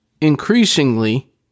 increasingly